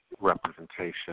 representation